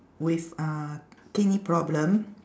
with uh kidney problem